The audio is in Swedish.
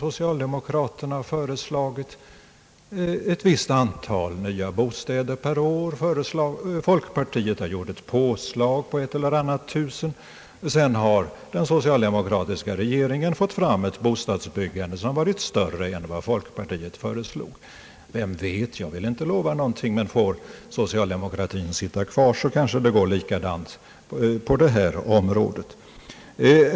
Socialdemokraterna har föreslagit ett visst antal nya bostäder per år, folkpartiet har gjort ett påslag på ett eller annat tusen, och sedan har den socialdemokratiska regeringen fått fram ett bostadsbyggande som varit större än vad folkpartiet föreslog. Vem vet — jag vill inte lova någonting, men får socialdemokratin behålla regeringsmakten så kanske det går likadant på u-hjälpens område.